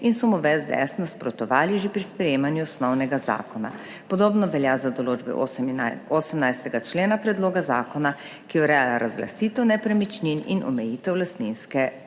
in so mu v SDS nasprotovali že pri sprejemanju osnovnega zakona. Podobno velja za določbe 18. člena predloga zakona, ki ureja razglasitev nepremičnin in omejitev lastninske